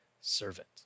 servant